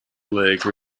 blake